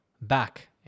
back